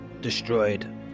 Destroyed